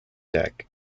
deck